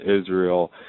Israel